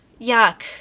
yuck